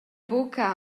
buca